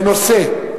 בנושא: